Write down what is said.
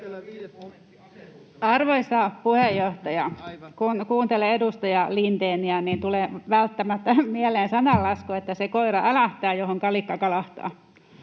Arvoisa puheenjohtaja! Kun kuuntelee edustaja Lindéniä, niin tulee välttämättä mieleen sananlasku, että se koira älähtää, johon kalikka kalahtaa: